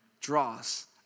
draws